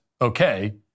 okay